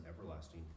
everlasting